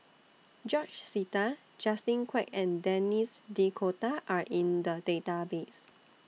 George Sita Justin Quek and Denis D'Cotta Are in The Database